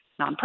nonprofit